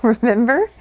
Remember